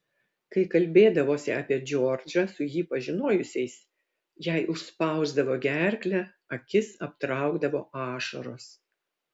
kai kalbėdavosi apie džordžą su jį pažinojusiais jai užspausdavo gerklę akis aptraukdavo ašaros